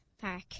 park